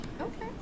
Okay